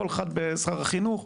שר החינוך,